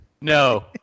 No